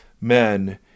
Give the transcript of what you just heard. men